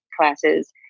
classes